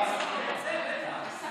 אני רוצה, בטח.